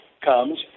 comes